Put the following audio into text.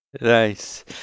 Nice